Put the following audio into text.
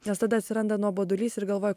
nes tada atsiranda nuobodulys ir galvoju